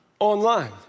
online